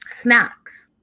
snacks